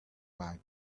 quietly